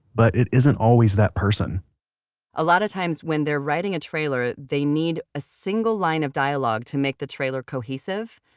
but it isn't always that person a lot of times when they're writing a trailer, they need a single line of dialogue to make the trailer cohesive,